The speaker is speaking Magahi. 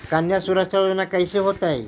कन्या सुरक्षा योजना कैसे होतै?